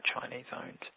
Chinese-owned